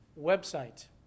website